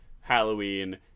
Halloween